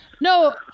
No